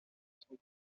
son